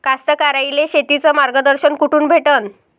कास्तकाराइले शेतीचं मार्गदर्शन कुठून भेटन?